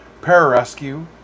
Pararescue